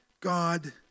God